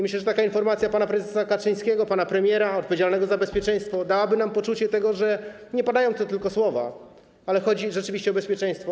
Myślę, że taka informacja od pana prezesa Kaczyńskiego, pana premiera - odpowiedzialnego za bezpieczeństwo - dałaby nam poczucie tego, że nie padają tu tylko słowa, ale że chodzi rzeczywiście o bezpieczeństwo.